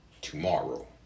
tomorrow